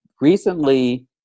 recently